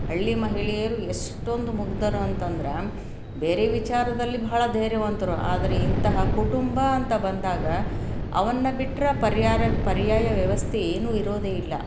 ಹಳ್ಳಿ ಮಹಿಳೆಯರು ಎಷ್ಟೊಂದು ಮುಗ್ದರು ಅಂತಂದ್ರೆ ಬೇರೆ ವಿಚಾರದಲ್ಲಿ ಭಾಳ ಧೈರ್ಯವಂತರು ಆದರೆ ಇಂತಹ ಕುಟುಂಬ ಅಂತ ಬಂದಾಗ ಅವನ್ನು ಬಿಟ್ಟರೆ ಪರ್ಯಾಯ ಪರ್ಯಾಯ ವ್ಯವಸ್ಥೆ ಏನೂ ಇರೋದೇ ಇಲ್ಲ